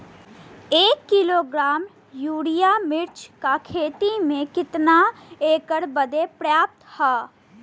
एक kilogram urea मिर्च क खेती में कितना एकड़ बदे पर्याप्त ह?